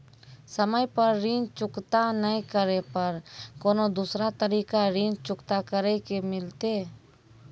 समय पर ऋण चुकता नै करे पर कोनो दूसरा तरीका ऋण चुकता करे के मिलतै?